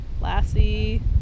Lassie